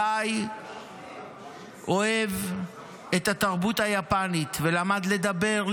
גיא אוהב את התרבות היפנית ולמד לדבר,